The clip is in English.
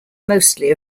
mostly